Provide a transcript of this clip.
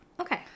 okay